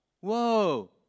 whoa